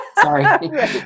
Sorry